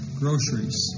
groceries